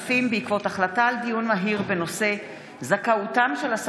הפנים והגנת הסביבה בעקבות דיון מהיר בהצעתם של חברי